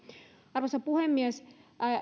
arvoisa puhemies